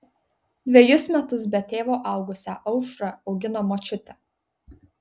dvejus metus be tėvo augusią aušrą augino močiutė